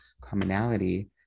commonality